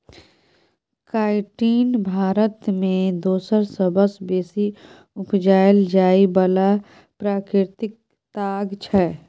chitin Bharat मे दोसर सबसँ बेसी उपजाएल जाइ बला प्राकृतिक ताग छै